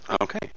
Okay